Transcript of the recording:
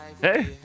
hey